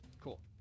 Cool